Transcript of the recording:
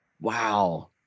Wow